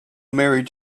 married